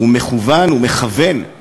ומכוון את